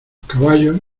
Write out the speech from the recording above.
caballos